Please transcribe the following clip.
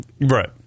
Right